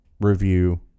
review